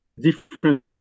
different